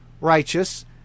righteous